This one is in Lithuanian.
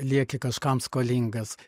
lieki kažkam skolingas